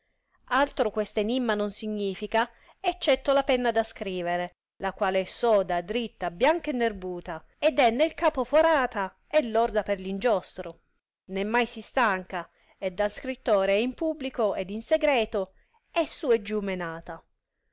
altro questo enimma non significa eccetto la penna da scrivere la quale é soda diritta bianca e nerbuta ed è nel capo forata e lorda per l ingiostro né mai si stanca e dal scrittore e in publico ed in segreto è su e giù menata